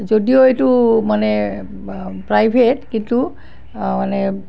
যদিও এইটো মানে প্ৰাইভেট কিন্তু মানে